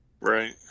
Right